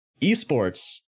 Esports